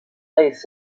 类似